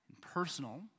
personal